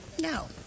No